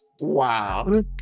Wow